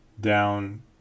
down